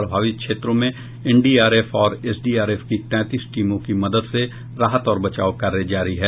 प्रभावित क्षेत्रों में एनडीआरएफ और एसडीआरएफ की तैंतीस टीमों की मदद से राहत और बचाव कार्य जारी है